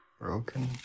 broken